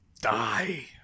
Die